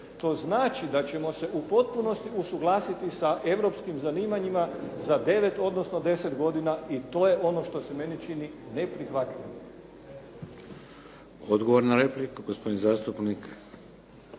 To znači da ćemo se u potpunosti usuglasiti sa europskim zanimanjima za devet odnosno deset godina i to je ono što se meni čini neprihvatljivim. **Šeks, Vladimir (HDZ)** Odgovor na repliku gospodin zastupnik